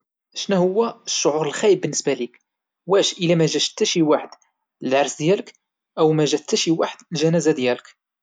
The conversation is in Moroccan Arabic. شناهوا الشعور الخايب بالنسبة ليك واش ايلا ماجا تا شي واحد للعرس ولا ايلا ماجا تا واحد للجنازة ديالك؟